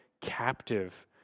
captive